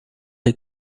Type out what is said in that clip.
est